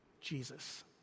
Jesus